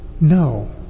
No